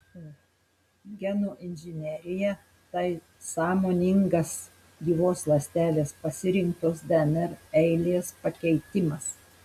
genų inžinerija tai sąmoningas gyvos ląstelės pasirinktos dnr eilės pakeitimas